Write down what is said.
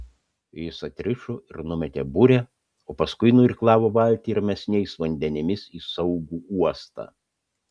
jis atrišo ir numetė burę o paskui nuirklavo valtį ramesniais vandenimis į saugų uostą